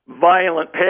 Violent